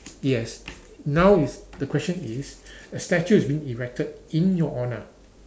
yes now is the question is a statue is being erected in your honour